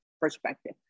perspective